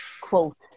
quote